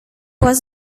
was